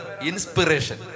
inspiration